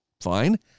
Fine